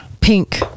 Pink